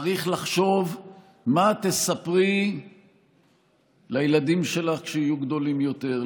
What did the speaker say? צריך לחשוב מה תספרי לילדים שלך כשיהיו גדולים יותר,